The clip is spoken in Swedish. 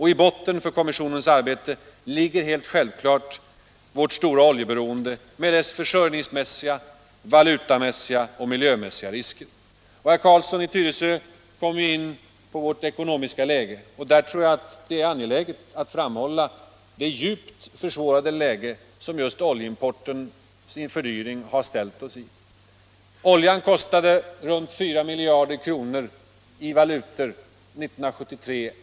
I botten för kommissionens arbete ligger helt självklart vårt stora oljeberoende med dess försörjningsmässiga, valutamässiga och miljömässiga risker. Herr Carlsson i Tyresö kom in på vårt ekonomiska läge. Där tror jag det är angeläget att framhålla det svåra läge som just oljeimportens fördyring har försatt oss i. Oljeimporten kostade oss omkring fyra miljarder kronor i valutor 1973.